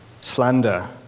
slander